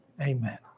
amen